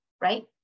right